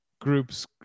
groups